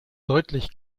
deutlich